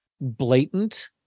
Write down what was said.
blatant